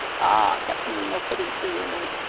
ah! captain nemo put in serenely.